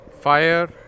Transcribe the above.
fire